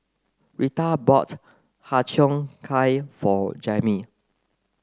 Reatha bought Har Cheong Gai for Jamir